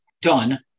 done